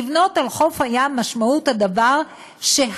לבנות על חוף הים, משמעות הדבר שהים,